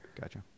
Gotcha